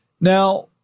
Now